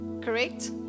Correct